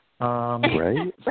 Right